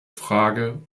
frage